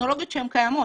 בטכנולוגיות קיימות.